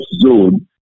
zone